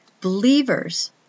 believers